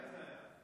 מתי זה היה?